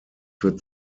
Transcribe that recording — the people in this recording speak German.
für